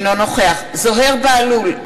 אינו נוכח זוהיר בהלול,